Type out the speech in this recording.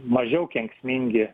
mažiau kenksmingi